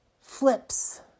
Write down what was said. flips